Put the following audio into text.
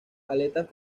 aletas